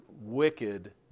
wicked